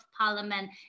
parliament